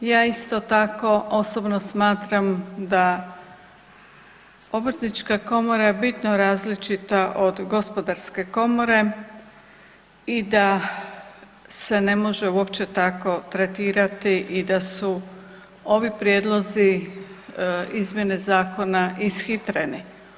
Ja isto tako, osobno smatram da Obrtnička komora je bitno različita od Gospodarske komore i da se ne može uopće tako tretirati i da su ovi prijedlozi izmjene zakona ishitreni.